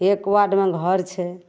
एक वार्डमे घर छै